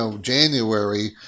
January